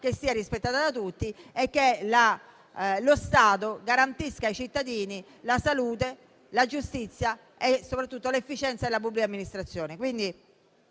legge sia rispettata da tutti e che lo Stato garantisca ai cittadini la salute, la giustizia e soprattutto l'efficienza della pubblica amministrazione.